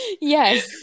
yes